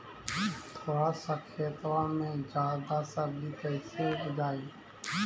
थोड़ा सा खेतबा में जादा सब्ज़ी कैसे उपजाई?